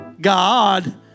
God